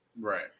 Right